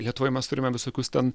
lietuvoje mes turime visokius ten